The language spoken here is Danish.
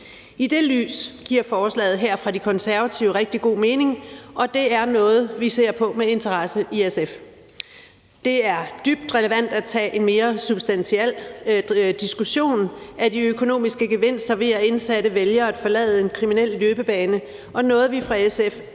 I det lys giver det her forslag fra De Konservative rigtig god mening, og det er noget, vi ser på med interesse i SF. Det er dybt relevant at tage en mere substantiel diskussion af de økonomiske gevinster ved, at indsatte vælger at forlade en kriminel løbebane, og det er noget, vi fra SF's side